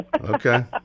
Okay